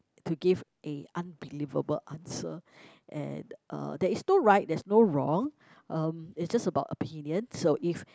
to give a unbelievable answer and uh there is no right there's no wrong um it's just about opinion so if